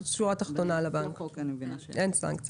אני מבינה שאין.